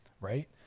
right